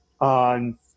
on